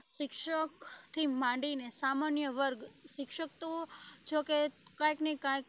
શિક્ષકથી માંડીને સામાન્ય વર્ગ શિક્ષક તો જોકે કાંઇકને કાંઇક